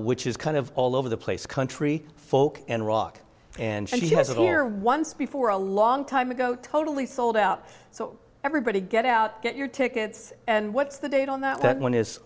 which is kind of all over the place country folk and rock and she has there once before a long time ago totally sold out so everybody get out get your tickets and what's the date on that one is